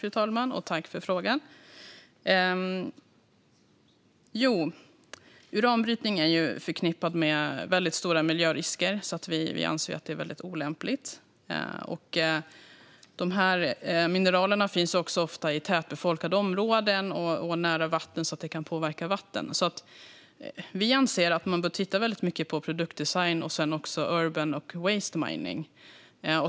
Fru talman! Tack, ledamoten, för frågan! Uranbrytning är förknippat med väldigt stora miljörisker, så vi anser att det är väldigt olämpligt. De här mineralerna finns också ofta i tätbefolkade områden och nära vatten, vilket kan påverka vattnet. Vi anser att man bör titta mycket på produktdesign och urban mining och waste mining.